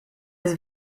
his